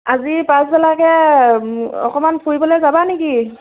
আজি পাছবেলাকৈ অকণমান ফুৰিবলৈ যাবা নেকি